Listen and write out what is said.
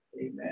amen